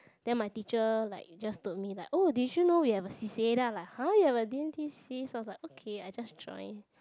then my teacher like just told me like oh did you know we have a c_c_a then I like !huh! you have a D and T c_c_a so I was like okay I just join